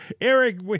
Eric